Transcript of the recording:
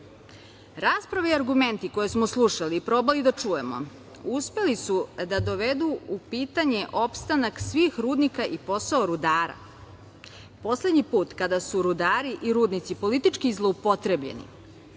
Rasprava i argumenti koje smo slušali i probali da čujemo uspeli su da dovedu u pitanje opstanak svih rudnika i posao rudara. Poslednji put kada su rudari i rudnici politički zloupotrebljeni